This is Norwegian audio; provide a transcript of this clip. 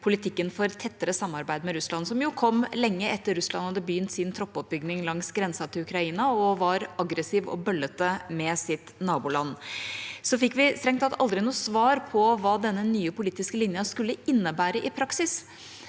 politikken for tettere samarbeid med Russland, som jo kom lenge etter at Russland hadde begynt sin troppoppbygging langs grensen til Ukraina, der de var aggressive og bøllete mot sitt naboland. Vi fikk strengt tatt aldri noe svar på hva denne nye politiske linja skulle innebære i praksis.